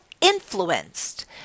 influenced